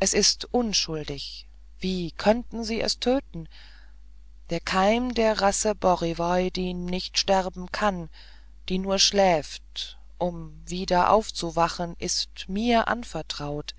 es ist unschuldig wie könnten sie es töten der keim der rasse borivoj die nicht sterben kann die nur schläft um immer wieder aufzuwachen ist mir anvertraut